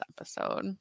episode